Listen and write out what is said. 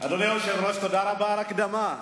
אדוני היושב-ראש, תודה רבה על ההקדמה.